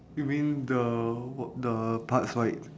you mean the w~ the parts right